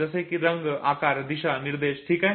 जसे की रंग आकार दिशा निर्देश ठीक आहे